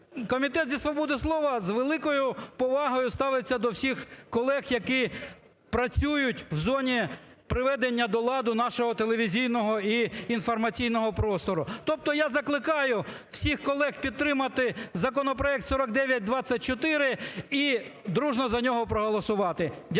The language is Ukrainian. Комітет зі свободи слова з великою повагою ставиться до всіх колег, які працюють в зоні приведення до ладу нашого телевізійного і інформаційного простору. Тобто я закликаю всіх колег підтримати законопроект 4924 і дружньо за нього проголосувати. Дякую